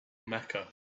mecca